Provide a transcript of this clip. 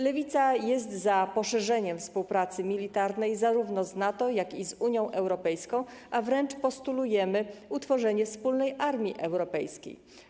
Lewica jest za poszerzeniem współpracy militarnej zarówno z NATO, jak i z Unią Europejską, a wręcz postulujemy utworzenie wspólnej armii europejskiej.